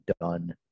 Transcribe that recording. done